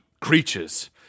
creatures